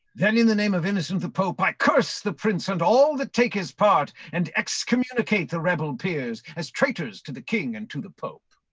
then in the name of innocent the pope, i curse the prince and all that take his part, and excommunicate the rebel peers as traitors to the king, and to the pope.